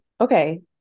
Okay